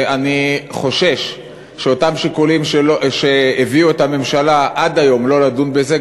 אני חושש שאותם שיקולים שהביאו את הממשלה עד היום לא לדון בזה,